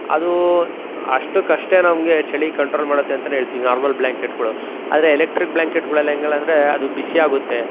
ಅದು ಅಷ್ಟಕಷ್ಟೇ ನಮಗೆ ಚಳಿ ಕಂಟ್ರೋಲ್ ಮಾಡುತ್ತೆ ಅಂತ ಹೇಳ್ತಿವಿ ನಾರ್ಮಲ್ ಬ್ಲ್ಯಾಂಕೆಟ್ಗಳು ಆದರೆ ಎಲೆಕ್ಟ್ರಿಕ್ ಬ್ಲ್ಯಾಂಕೆಟ್ಗಳೆಲ್ಲ ಹೆಂಗೆಲ್ಲ ಅಂದರೆ ಅದು ಬಿಸಿಯಾಗುತ್ತೆ